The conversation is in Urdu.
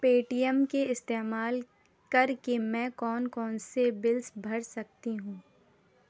پے ٹی ایم کے استعمال کر کے میں کون کون سے بلز بھر سکتی ہوں